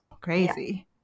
Crazy